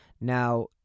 now